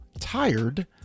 tired